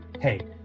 Hey